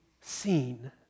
seen